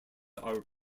our